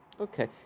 Okay